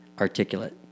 articulate